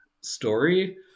story